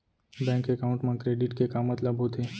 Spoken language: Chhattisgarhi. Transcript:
बैंक एकाउंट मा क्रेडिट के का मतलब होथे?